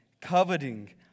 coveting